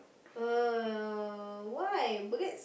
!aiyo! why because